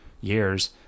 years